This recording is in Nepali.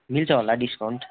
मिल्छ होला डिस्काउन्ट